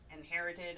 inherited